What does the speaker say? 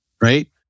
right